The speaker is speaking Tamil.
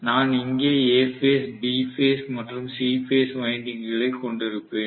நான் இங்கே A பேஸ் B பேஸ் மற்றும் C பேஸ் வைண்டிங்க்குகளை கொண்டிருப்பேன்